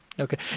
Okay